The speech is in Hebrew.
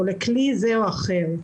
או לכלי זה או אחר.